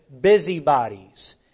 busybodies